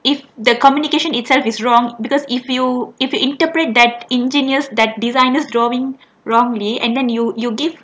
if the communication itself is wrong because if you if you interpret that engineers that designers drawing wrongly and then you you give